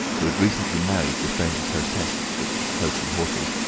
who had recently married the stranger's hostess at the coach and horses,